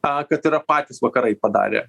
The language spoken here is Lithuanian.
a kad yra patys vakarai padarę